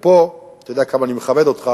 ופה, אתה יודע כמה אני מכבד אותך,